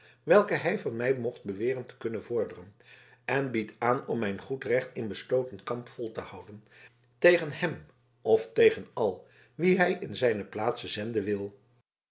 welke hij van mij mocht beweren te kunnen vorderen en bied aan om mijn goed recht in besloten kamp vol te houden tegen hem of tegen al wie hij in zijne plaatse zenden wil